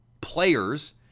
players